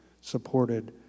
supported